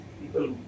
People